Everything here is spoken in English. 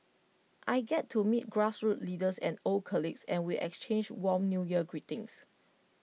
I get to meet grassroots leaders and old colleagues and we exchange warm New Year greetings